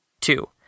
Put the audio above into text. Two